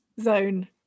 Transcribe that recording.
zone